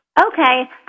Okay